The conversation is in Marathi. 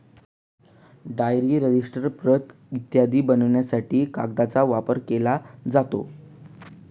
डायरी, रजिस्टर, प्रत इत्यादी बनवण्यासाठी कागदाचा वापर केला जातो